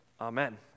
Amen